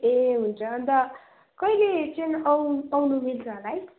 ए हुन्छ अन्त कहिले चाहिँ औ आउनु मिल्छ होला है